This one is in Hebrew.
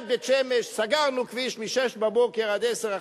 ליד בית-שמש סגרנו כביש מ-06:00 ועד 10:00,